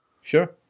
Sure